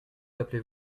appelez